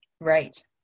Right